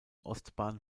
ostbahn